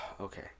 Okay